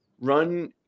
run